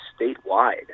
statewide